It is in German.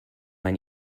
man